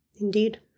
Indeed